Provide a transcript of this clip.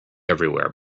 everywhere